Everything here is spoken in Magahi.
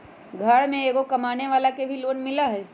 घर में एगो कमानेवाला के भी लोन मिलहई?